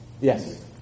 Yes